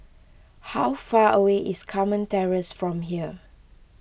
how far away is Carmen Terrace from here